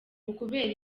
ukubera